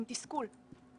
עם תסכול,